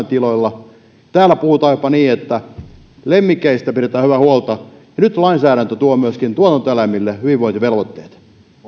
tiloilla täällä puhutaan jopa niin että lemmikeistä pidetään hyvää huolta ja nyt lainsäädäntö tuo myöskin tuotantoeläimille hyvinvointivelvoitteet